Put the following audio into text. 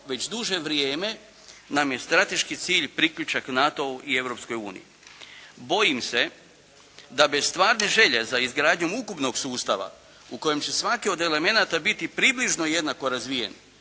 već duže vrijeme nam je strateški cilj priključak NATO-u i Europskoj Uniji. Bojim se da bez stvarne želje za izgradnjom ukupnog sustava u kojem će svaki od elemenata biti približno jednako razvijen